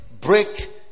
Break